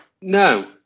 no